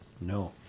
No